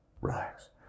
Relax